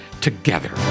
together